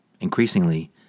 Increasingly